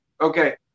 Okay